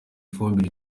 ifumbire